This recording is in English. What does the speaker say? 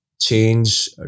change